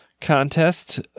contest